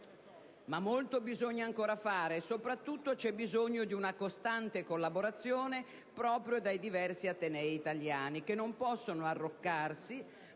ma molto bisogna ancora fare e, soprattutto, c'è bisogno di una costante collaborazione proprio dai diversi atenei italiani, che non possono arroccarsi,